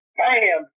bam